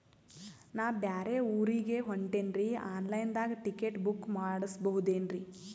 ನಾ ಬ್ಯಾರೆ ಊರಿಗೆ ಹೊಂಟಿನ್ರಿ ಆನ್ ಲೈನ್ ದಾಗ ಟಿಕೆಟ ಬುಕ್ಕ ಮಾಡಸ್ಬೋದೇನ್ರಿ?